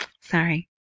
Sorry